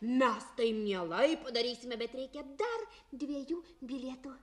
mes tai mielai padarysime bet reikia dar dviejų bilietų